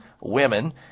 women